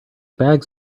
bags